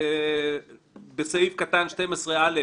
הסתייגות מספר 20: בסעיף קטן 12א(1)(ב),